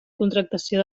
contractació